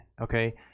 okay